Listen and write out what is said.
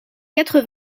quatre